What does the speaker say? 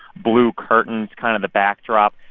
blue curtains kind of the backdrop.